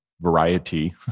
variety